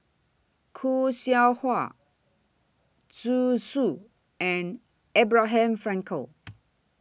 Khoo Seow Hwa Zhu Xu and Abraham Frankel